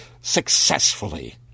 successfully